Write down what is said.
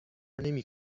نمی